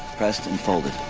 pressed and folded.